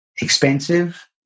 expensive